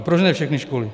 Proč ne všechny školy?